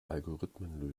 algorithmen